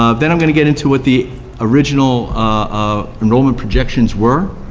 ah then i'm gonna get into what the original ah enrollment projections were,